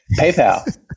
PayPal